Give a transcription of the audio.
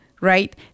right